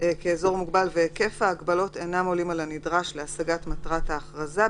כאזור מוגבל והיקף ההגבלות אינם עולים על הנדרש להשגת מטרת ההכרזה,